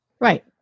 Right